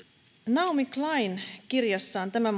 naomi klein pohtii kirjassaan tämä